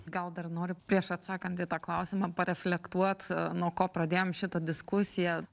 gal dar noriu prieš atsakant į tą klausimą pareflektuot nuo ko pradėjom šitą diskusiją